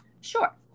Sure